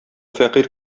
фәкыйрь